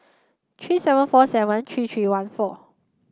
three seven four seven three three one four